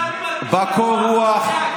בקור רוח,